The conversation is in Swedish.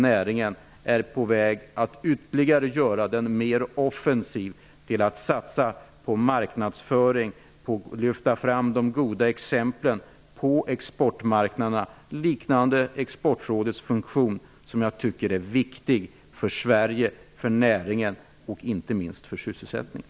Näringen är på väg att ytterligare göra en mer offensiv satsning på marknadsföring och att lyfta fram de goda exemplen på exportmarknaderna. Det är en funktion som liknar Exportrådets, vilket jag tycker är viktigt för Sverige, för näringen och inte minst för sysselsättningen.